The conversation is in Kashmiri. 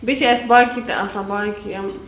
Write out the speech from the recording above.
بیٚیہِ چھِ اَسہِ باقٕے تہِ آسان باقٕے یِم